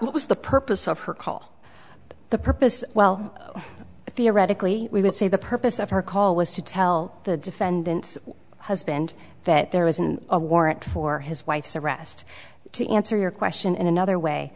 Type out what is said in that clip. what was the purpose of her call the purpose well theoretically we would say the purpose of her call was to tell the defendant's husband that there isn't a warrant for his wife's arrest to answer your question in another way